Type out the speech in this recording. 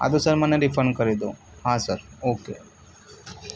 હા તો સર મને રિફંડ કરી દો હા સર ઓકે